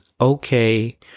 okay